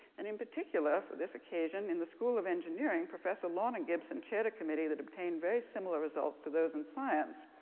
and in particular for this occasion, in the school of engineering, professor lorna gibson chaired a committee that obtained very similar results to those in science.